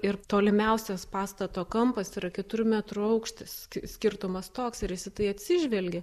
ir tolimiausias pastato kampas yra keturių metrų aukštis skirtumas toks ir jis į tai atsižvelgė